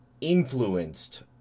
influenced